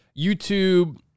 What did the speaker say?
YouTube